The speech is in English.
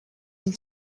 and